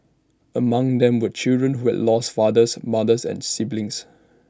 among them were children who had lost fathers mothers and siblings